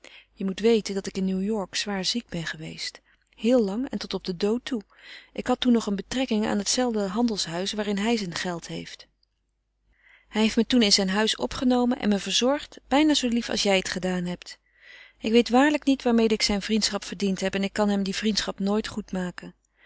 je moet weten dat ik in new-york zwaar ziek ben geweest heel lang en tot op den dood toe ik had toen nog eene betrekking aan het zelfde handelshuis waarin hij zijn geld heeft hij heeft me toen in zijn huis opgenomen en me verzorgd bijna zoo lief als jij het gedaan hebt ik weet waarlijk niet waarmeê ik zijn vriendschap verdiend heb en ik kan hem die vriendschap nooit goed maken